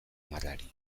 marrari